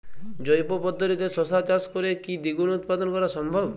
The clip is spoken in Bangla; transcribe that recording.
জৈব পদ্ধতিতে শশা চাষ করে কি দ্বিগুণ উৎপাদন করা সম্ভব?